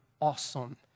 awesome